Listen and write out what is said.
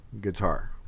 guitar